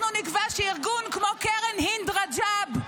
אנחנו נקבע שארגון כמו קרן הינד רג'ב,